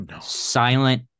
silent